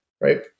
right